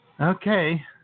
Okay